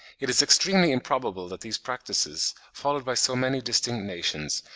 it is extremely improbable that these practices, followed by so many distinct nations,